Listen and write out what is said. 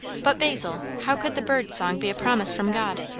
but, basil how could the bird's song be a promise from god?